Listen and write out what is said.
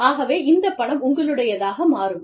ஆகவே இந்த பணம் உங்களுடையதாக மாறும்